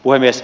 puhemies